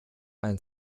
ein